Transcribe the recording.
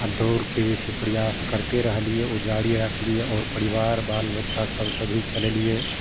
आ दौड़के जे छै से प्रयास करते रहलियै ओ जारी राखलियै आओर परिबार बाल बच्चा सबके भी चलेलियै